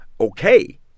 okay